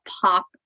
pop